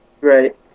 Right